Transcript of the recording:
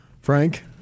Frank